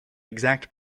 exact